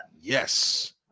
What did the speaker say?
Yes